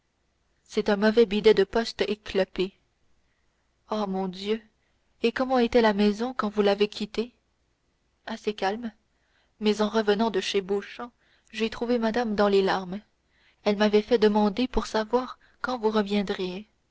c'est un mauvais bidet de poste éclopé oh mon dieu et comment était la maison quand vous l'avez quittée assez calme mais en revenant de chez m beauchamp j'ai trouvé madame dans les larmes elle m'avait fait demander pour savoir quand vous reviendriez